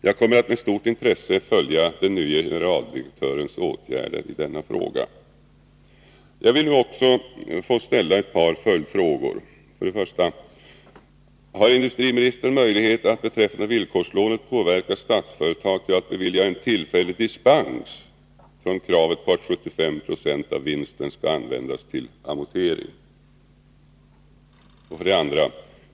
Jag kommer att med stort intresse följa den nye generaldirektörens åtgärder i denna fråga. 1. Har industriministern möjlighet att beträffande villkorslånet påverka Statsföretag att bevilja en tillfällig dispens från kravet på att 75 90 av vinsten skall användas till amortering? 2.